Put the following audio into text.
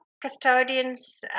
custodians